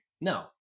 No